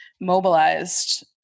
mobilized